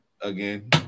Again